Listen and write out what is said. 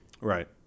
Right